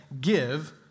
give